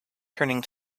turning